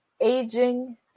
aging